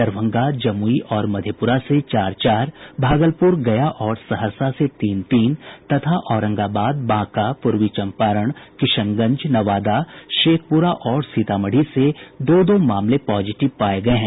दरभंगा जमुई और मधेप्रा से चार चार भागलप्र गया और सहरसा से तीन तीन तथा औरंगाबाद बांका पूर्वी चंपारण किशनगंज नवादा शेखपुरा और सीतामढ़ी से दो दो मामले पॉजिटिव पाये गये हैं